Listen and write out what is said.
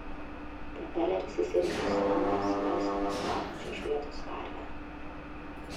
propeleris įsirėžė į stambią smalsią nesitraukiančią iš vietos karvę